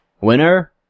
Winner